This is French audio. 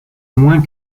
moins